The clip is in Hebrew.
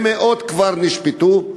ומאות כבר נשפטו.